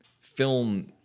film